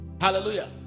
Hallelujah